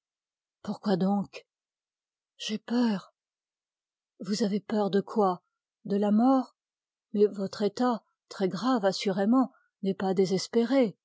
pourquoi donc j'ai peur vous avez peur de quoi de la mort mais votre état très grave assurément n'est pas désespéré